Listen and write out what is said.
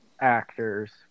actors